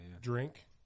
Drink